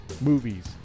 movies